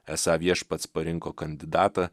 esą viešpats parinko kandidatą